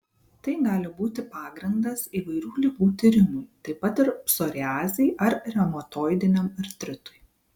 tai gali būti pagrindas įvairių ligų tyrimui taip pat ir psoriazei ar reumatoidiniam artritui